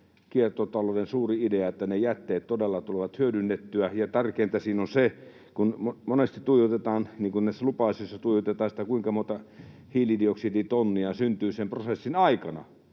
kiertotalouden suuri idea, että ne jätteet todella tulee hyödynnettyä. Tärkeintä siinä on se, että kun monesti tuijotetaan näissä lupa-asioissa sitä, kuinka monta hiilidioksiditonnia syntyy sen prosessin aikana,